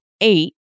eight